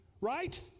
right